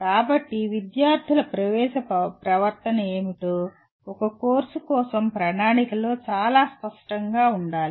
కాబట్టి విద్యార్థుల ప్రవేశ ప్రవర్తన ఏమిటో ఒక కోర్సు కోసం ప్రణాళికలో చాలా స్పష్టంగా ఉండాలి